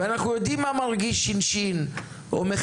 אנחנו יודעים מה מרגיש ש"ש ומכיניסט: